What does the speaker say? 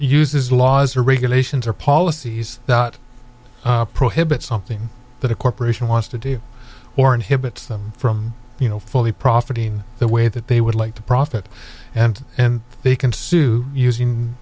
uses laws or regulations or policies that prohibit something that a corporation wants to do or inhibits them from you know fully profiting the way that they would like to profit and then they can sue using